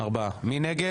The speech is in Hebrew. מי נגד?